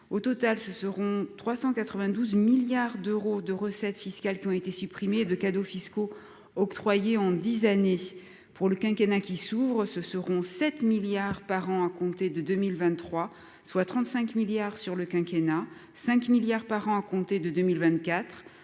au total, ce seront 392 milliards d'euros de recettes fiscales qui ont été supprimés de cadeaux fiscaux octroyés en 10 années pour le quinquennat qui s'ouvrent, ce seront 7 milliards par an à compter de 2023 soit 35 milliards sur le quinquennat 5 milliards par an à compter de 2024